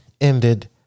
ended